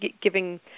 giving